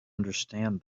understand